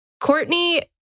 Courtney